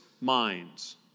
minds